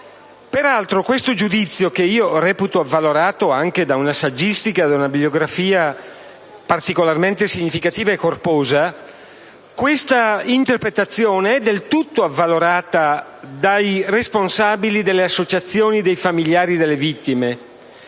Peraltro, questa interpretazione, che reputo avvalorata anche da una saggistica e da una bibliografia particolarmente significativa e corposA, è del tutto avvalorata dai responsabili delle associazioni dei familiari delle vittime,